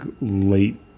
late